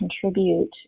contribute